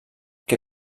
que